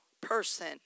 person